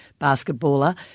basketballer